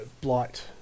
Blight